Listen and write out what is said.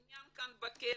העניין רק בכסף,